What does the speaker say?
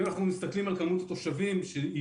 אם אנחנו מסתכלים על כמות התושבים שהיא